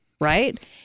right